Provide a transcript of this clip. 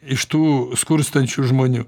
iš tų skurstančių žmonių